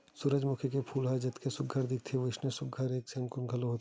सूरजमूखी के फूल ह जतके सुग्घर दिखथे वइसने सुघ्घर एखर गुन घलो हे